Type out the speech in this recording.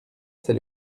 c’est